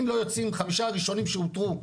אם לא יוצאים חמישה הראשונים שאותרו,